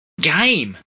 game